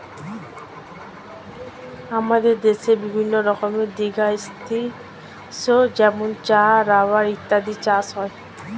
আমাদের দেশে বিভিন্ন রকমের দীর্ঘস্থায়ী শস্য যেমন চা, রাবার ইত্যাদির চাষ হয়